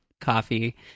coffee